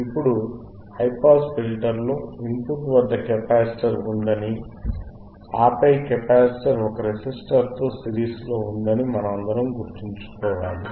ఇప్పుడు high pass ఫిల్టర్లో input వద్ద కెపాసిటర్ ఉందని ఆపై కెపాసిటర్ ఒక రెసిస్టర్తో సిరీస్లో ఉందని మనమందరం గుర్తుంచుకోవాలి